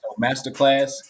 masterclass